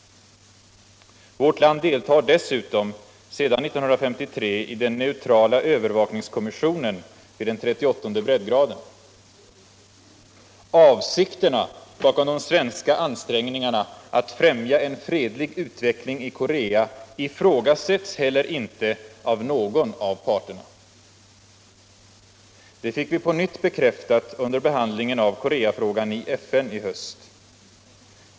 Vårt land deltar dessutom sedan 1953 i den neutrala övervakningskommissionen vid den 38:e breddgraden. Avsikten bakom de svenska ansträngningarna att främja en fredlig utveckling i Korea ifrågasätts heller inte av någon av parterna. Det fick vi på nytt bekräftat under behandlingen av Koreafrågan i FN i höst.